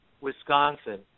Wisconsin